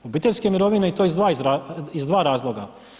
Obiteljske mirovine i to iz dva razloga.